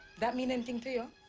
that mean anything to you?